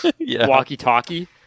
walkie-talkie